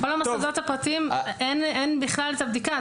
על המוסדות הפרטיים אין בכלל את הבדיקה.